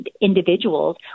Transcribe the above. individuals